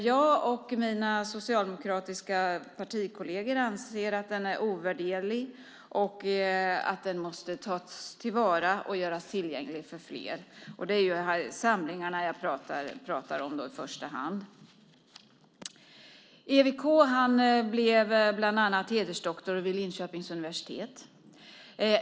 Jag och mina socialdemokratiska partikolleger anser att den är ovärderlig och att den måste tas till vara och göras tillgänglig för fler. Det är då samlingarna jag pratar om i första hand. EWK blev bland annat hedersdoktor vid Linköpings universitet.